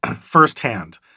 firsthand